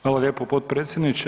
Hvala lijepo potpredsjedniče.